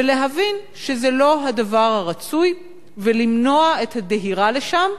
להבין שזה לא הדבר הרצוי ולמנוע את הדהירה לשם.